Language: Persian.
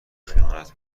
خیانت